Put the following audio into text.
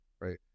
Right